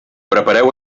prepareu